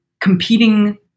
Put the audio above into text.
competing